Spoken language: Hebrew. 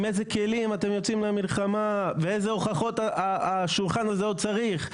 עם איזה כלים אתם יוצאים למלחמה ואיזה הוכחות השולחן הזה עוד צריך?